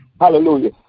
Hallelujah